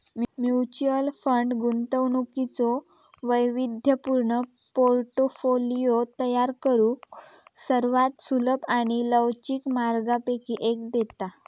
mutual fund गुंतवणुकीचो वैविध्यपूर्ण portfolio तयार करुक सर्वात सुलभ आणि लवचिक मार्गांपैकी एक देता